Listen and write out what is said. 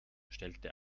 stellte